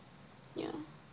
ya